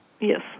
yes